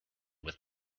with